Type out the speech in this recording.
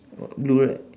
oh blue right